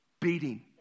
beating